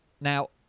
Now